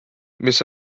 mis